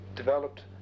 developed